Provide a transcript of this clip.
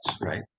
right